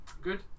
good